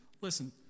listen